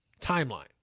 timeline